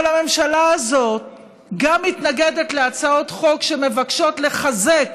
אבל הממשלה הזו גם מתנגדת להצעות חוק שמבקשות לחזק